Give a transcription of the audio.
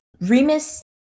Remus